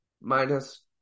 minus